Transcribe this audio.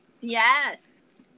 Yes